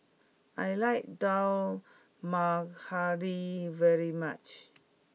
I like Dal Makhani very much